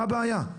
מה הבעיה?